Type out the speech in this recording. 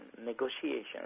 negotiations